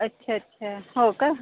अच्छा अच्छा हो का